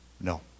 No